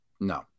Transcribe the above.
No